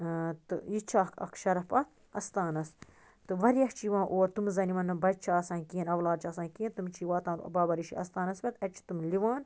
تہٕ یہِ تہِ چھِ اَکھ اَکھ شَرف اَتھ اَستانَس تہٕ واریاہ چھِ یِوان اور تِم زَنہِ یِمَن نہٕ بچہِ چھِ آسان کِہیٖنۍ اَولاد چھُ آسان کِہیٖنۍ تِم چھِ واتان بابا ریٖشی اَستانَس پٮ۪ٹھ اَتہِ چھِ تِم لِوان